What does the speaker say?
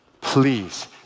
Please